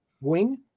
wing